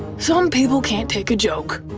some people can't take a joke.